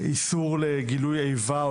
איסור על גילוי איבה,